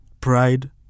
pride